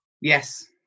Yes